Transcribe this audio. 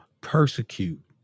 persecute